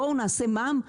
בואו נעשה מע"מ,